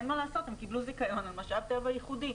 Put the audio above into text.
אין מה לעשות הם קיבלו זיכיון על משאב טבע ייחודי.